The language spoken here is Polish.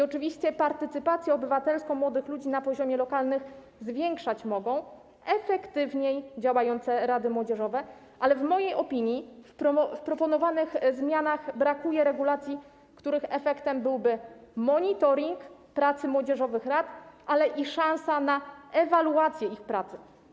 Oczywiście partycypację obywatelską młodych ludzi na poziomie lokalnym zwiększać mogą efektywniej działające rady młodzieżowe, ale w mojej opinii w proponowanych zmianach brakuje regulacji, których efektem byłby monitoring pracy młodzieżowych rad, a także szansa na ewaluację ich pracy.